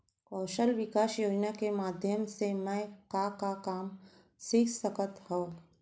कौशल विकास योजना के माधयम से मैं का का काम सीख सकत हव?